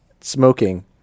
smoking